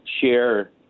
share